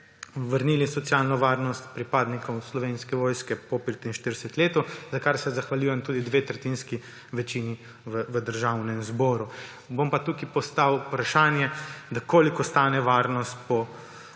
vrnili socialno varnost pripadnikom Slovenske vojske po 45 letu za kar se zahvaljujem dvetretjinski večini v Državnem zboru. Bom tukaj postavil vprašanje, koliko stane varnost in